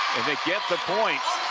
they get the point,